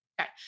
Okay